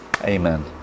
amen